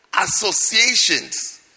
associations